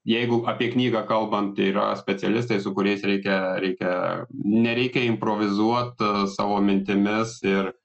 jeigu apie knygą kalbant yra specialistai su kuriais reikia reikia nereikia improvizuot savo mintimis ir